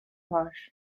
var